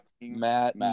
Matt